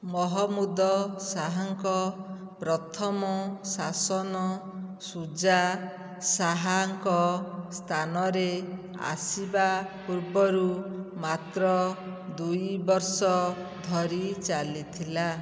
ମାମୁଦ ଶାହାଙ୍କ ପ୍ରଥମ ଶାସନ ଶୁଜା ଶାହାଙ୍କ ସ୍ଥାନରେ ଆସିବା ପୂର୍ବରୁ ମାତ୍ର ଦୁଇ ବର୍ଷ ଧରି ଚାଲିଥିଲା